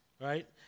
Right